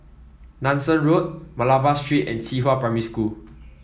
Nanson Road Malabar Street and Qihua Primary School